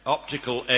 Optical